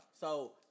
So-